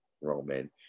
Roman